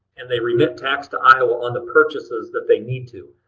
and they remit tax to iowa on the purchases that they need to.